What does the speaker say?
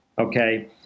okay